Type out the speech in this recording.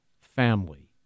family